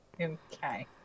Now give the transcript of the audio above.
Okay